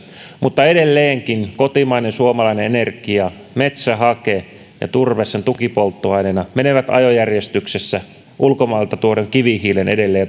mutta edelleenkin kotimainen suomalainen energia metsähake ja turve sen tukipolttoaineena menee ajojärjestyksessä ulkomailta tuodun kivihiilen edelle ja